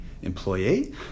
employee